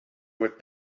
with